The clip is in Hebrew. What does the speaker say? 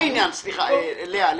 ------ לאה.